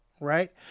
right